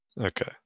Okay